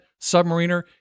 submariner